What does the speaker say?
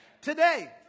Today